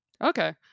Okay